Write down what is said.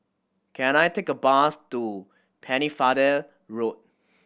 can I take a bus to Pennefather Road